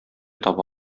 таба